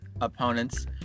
opponents